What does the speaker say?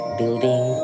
building